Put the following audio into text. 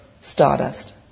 stardust